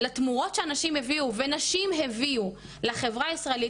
לתמורות שהנשים הביאו ונשים הביאו לחברה הישראלית,